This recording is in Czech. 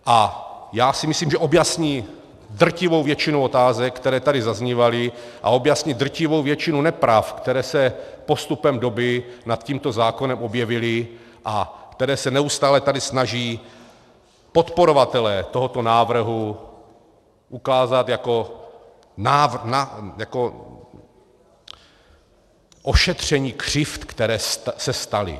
A já si myslím, že objasní drtivou většinu otázek, které tady zaznívaly, a objasní drtivou většinu nepravd, které se postupem doby nad tímto zákonem objevily a které se neustále tady snaží podporovatelé tohoto návrhu ukázat jako ošetření křivd, které se staly.